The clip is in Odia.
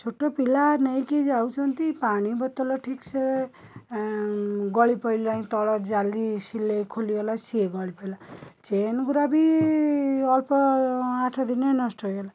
ଛୋଟ ପିଲା ନେଇକି ଯାଉଛନ୍ତି ପାଣି ବୋତଲ ଠିକ୍ ସେ ଗଳି ପଡ଼ିଲାଣି ତଳ ଜାଲି ସିଲାଇ ଖୋଲିଗଲା ସିଏ ଗଳିପଡ଼ିଲା ଚେନ୍ ଗୁଡ଼ା ବି ଅଳ୍ପ ଆଠଦିନ ନଷ୍ଟ ହେଇଗଲା